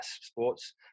sports